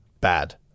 Bad